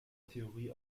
theorie